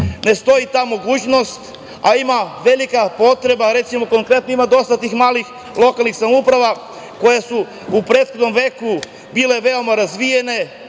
ne stoji ta mogućnost, a postoji velika potreba. Recimo, konkretno, ima dosta tih malih lokalnih samouprava koje su u prethodnom veku bile veoma razvijene.